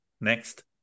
next